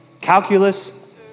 Calculus